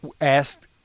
asked